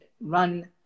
run